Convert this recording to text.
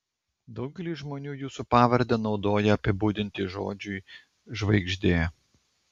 daugelis žmonių jūsų pavardę naudoja apibūdinti žodžiui žvaigždė